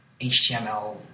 HTML